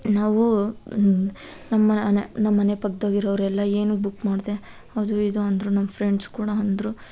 ನಾವು ನಮ್ಮ ಮನೆ ನಮ್ಮ ಮನೆ ಪಕ್ದಾಗಿರೋರೆಲ್ಲ ಏನಕ್ಕೆ ಬುಕ್ ಮಾಡಿದೆ ಅದು ಇದು ಅಂದರು ನನ್ನ ಫ್ರೆಂಡ್ಸ್ ಕೂಡ ಅಂದರು